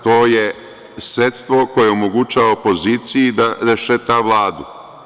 To je sredstvo koje omogućava opoziciji da rešeta Vladu.